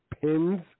Pins